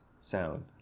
sound